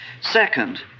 Second